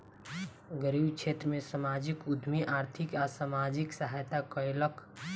गरीब क्षेत्र में सामाजिक उद्यमी आर्थिक आ सामाजिक सहायता कयलक